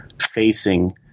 facing